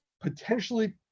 potentially